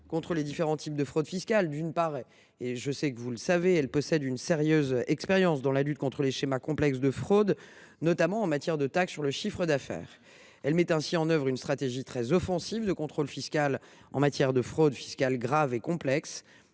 contre les différents types de fraudes fiscales. D’une part, elle possède une sérieuse expérience dans la lutte contre les schémas complexes de fraude, notamment en matière de taxes sur le chiffre d’affaires. Elle met ainsi en œuvre une stratégie très offensive de contrôle fiscal en matière de fraude fiscale grave et complexe,